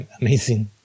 amazing